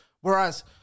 Whereas